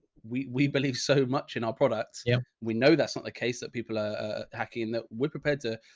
we, we believe so much in our products. yeah we know that's not the case that people are hacking that we're prepared to.